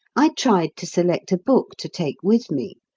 i tried to select a book to take with me.